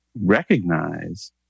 recognize